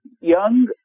young